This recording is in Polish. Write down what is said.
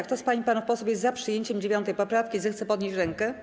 Kto z pań i panów posłów jest za przyjęciem 9. poprawki, zechce podnieść rękę.